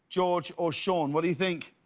george or sean? what do you think?